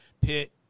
Pitt